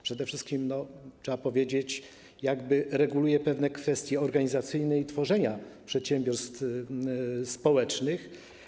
Przede wszystkim trzeba powiedzieć, że reguluje pewne kwestie organizacyjne dotyczące tworzenia przedsiębiorstw społecznych.